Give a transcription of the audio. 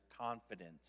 Confidence